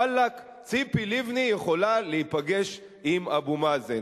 וואלכ, ציפי לבני יכולה להיפגש עם אבו מאזן.